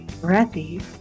breathy